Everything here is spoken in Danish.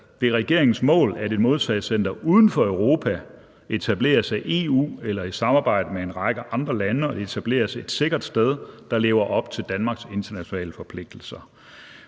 er regeringens mål, at et modtagecenter uden for Europa etableres af EU eller i samarbejde med en række andre lande, og at det etableres et sikkert sted, der lever op til Danmarks internationale forpligtelser.«